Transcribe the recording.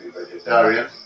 vegetarian